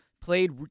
played